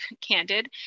candid